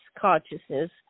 consciousness